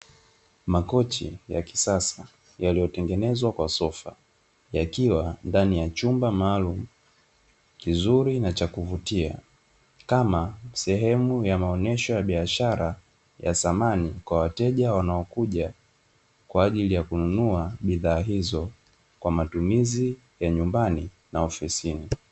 Makochi ya kisasa yaliyotengenezwa kwa sofa. Yakiwa ndani ya chumba maalumu kizuri na cha kuvutia, kama sehemu ya maonesho ya biashara ya samani kwa wateja wanaokuja kwa ajili ya kununua bidhaa hizo kwa ya matumizi ya nyumbani na ofisini.